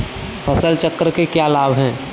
फसल चक्र के क्या लाभ हैं?